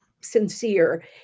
sincere